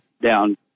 down